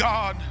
God